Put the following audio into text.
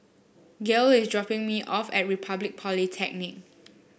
Gale is dropping me off at Republic Polytechnic